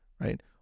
right